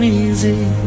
easy